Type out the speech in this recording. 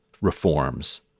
reforms